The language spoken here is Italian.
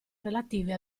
relative